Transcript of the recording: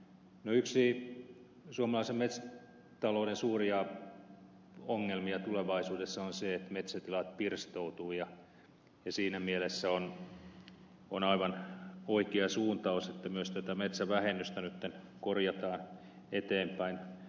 yksi suomalaisen metsätalouden suuria ongelmia tulevaisuudessa on se että metsätilat pirstoutuvat ja siinä mielessä on aivan oikea suuntaus että myös tätä metsävähennystä nyt korjataan eteenpäin